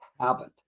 habit